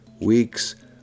weeks